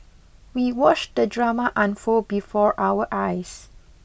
we watched the drama unfold before our eyes